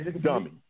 dummy